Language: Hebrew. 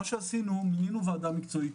מינינו ועדה מקצועית,